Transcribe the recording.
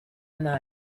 none